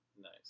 Nice